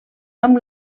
amb